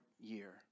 year